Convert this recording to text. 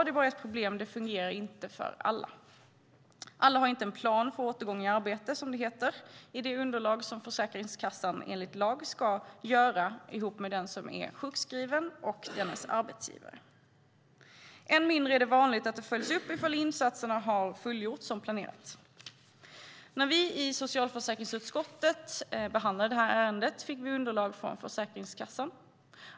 Det är bara ett problem, att det inte fungerar för alla. Alla har inte en plan för återgång i arbete, som det heter i det underlag som Försäkringskassan enligt lag ska göra ihop med den som är sjukskriven och dennes arbetsgivare. Än mindre är det vanligt att det följs upp ifall insatserna har fullgjorts som planerat. När vi i socialförsäkringsutskottet behandlade det här ärendet fick vi underlag från Försäkringskassan.